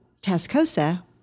Tascosa